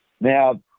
Now